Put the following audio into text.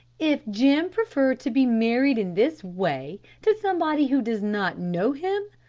if jim preferred to be married in this way to somebody who does not know him,